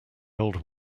old